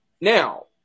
Now